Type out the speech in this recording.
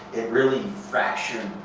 it really fractured